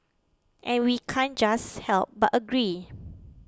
and we can't just help but agree